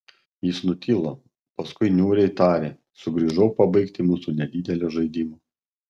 jis nutilo paskui niūriai tarė sugrįžau pabaigti mūsų nedidelio žaidimo